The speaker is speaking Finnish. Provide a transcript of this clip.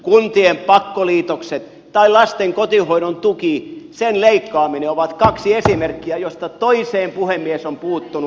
kuntien pakkoliitokset ja lasten kotihoidon tuen leikkaaminen ovat kaksi esimerkkiä joista toiseen puhemies on puuttunut